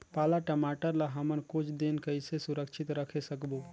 पाला टमाटर ला हमन कुछ दिन कइसे सुरक्षित रखे सकबो?